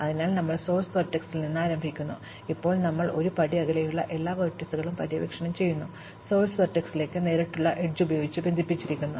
അതിനാൽ ഞങ്ങൾ സോഴ്സ് വെർട്ടെക്സിൽ നിന്ന് ആരംഭിക്കുന്നു ഇപ്പോൾ ഞങ്ങൾ ഒരു പടി അകലെയുള്ള എല്ലാ വെർട്ടീസുകളും പര്യവേക്ഷണം ചെയ്യുന്നു സോഴ്സ് വെർട്ടെക്സിലേക്ക് നേരിട്ടുള്ള എഡ്ജ് ഉപയോഗിച്ച് ബന്ധിപ്പിച്ചിരിക്കുന്നു